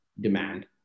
demand